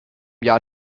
jahr